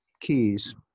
keys